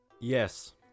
Yes